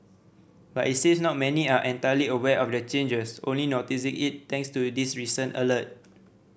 but it seems not many are entirely aware of the changes only noticing it thanks to this recent alert